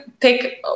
pick